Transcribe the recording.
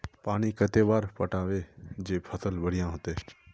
पानी कते बार पटाबे जे फसल बढ़िया होते?